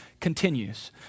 continues